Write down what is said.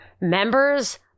members